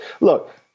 look